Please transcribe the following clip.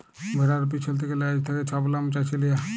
ভেড়ার পিছল থ্যাকে লেজ থ্যাকে ছব লম চাঁছে লিয়া